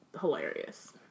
hilarious